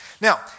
Now